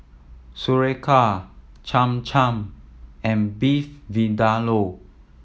Sauerkraut Cham Cham and Beef Vindaloo